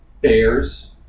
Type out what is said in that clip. Bears